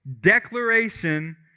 declaration